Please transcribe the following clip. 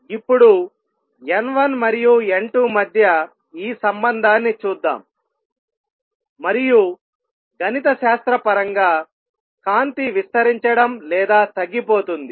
ఇప్పుడు N1 మరియు N2 మధ్య ఈ సంబంధాన్ని చూద్దాం మరియు గణితశాస్త్ర పరంగా కాంతి విస్తరించడం లేదా తగ్గిపోతుంది